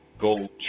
gold